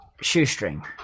Shoestring